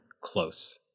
close